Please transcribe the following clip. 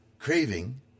craving